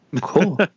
Cool